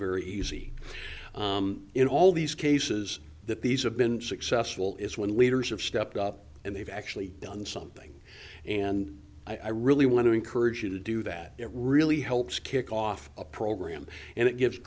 very easy in all these cases that these have been successful is when leaders have stepped up and they've actually done something and i really want to encourage you to do that it really helps kick off a program and it gives